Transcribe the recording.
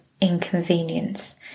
inconvenience